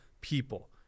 people